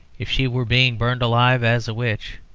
if she were being burned alive as a witch,